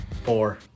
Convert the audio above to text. Four